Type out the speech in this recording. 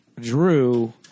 Drew